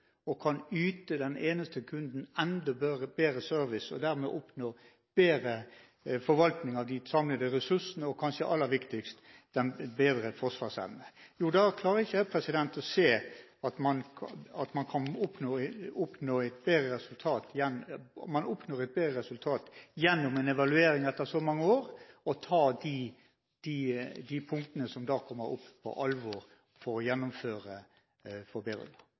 og kan yte den eneste kunden enda bedre service og dermed oppnå bedre forvaltning av de samlede ressursene – og kanskje aller viktigst: en bedret forsvarsevne. Da klarer ikke jeg å se at man oppnår et bedre resultat gjennom en evaluering etter så mange år, og tar de punktene som da kommer opp for å gjennomføre forbedringer, på alvor. Jeg vil først benytte anledningen til å